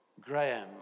Graham